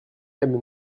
aime